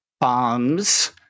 bombs